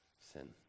sin